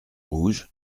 rouges